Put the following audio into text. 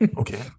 okay